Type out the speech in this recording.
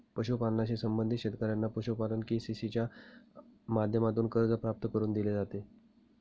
पशुपालनाशी संबंधित शेतकऱ्यांना पशुपालन के.सी.सी च्या माध्यमातून कर्ज प्राप्त करून दिले जाते